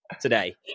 today